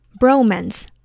Bromance